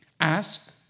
Ask